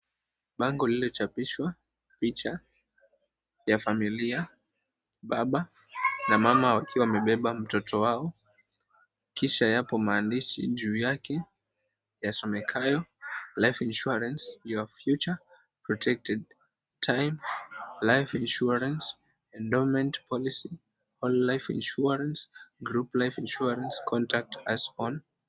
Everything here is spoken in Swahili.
Bango lililochapishwa picha ya familia, baba na mama wakiwa wamebeba mtoto wao, kisha yapo maandishi juu yake yasomekayo Life Insurance, Your Future Protected, Time Life insurance, Endowment Policy, Whole Life Insurance, Group Life Insurance, Contact Us On.